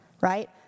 right